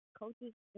coaches